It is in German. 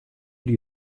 die